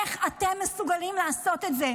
איך אתם מסוגלים לעשות את זה?